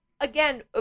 Again